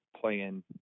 playing